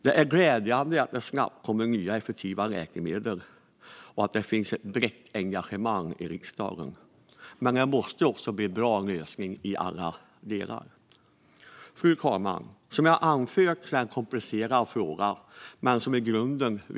Det är glädjande att det snabbt kommer nya, effektiva läkemedel och att det finns ett brett engagemang i riksdagen, men det måste bli en bra lösning i alla delar. Fru talman! Som jag har anfört är detta en komplicerad fråga, men vi är i grunden överens.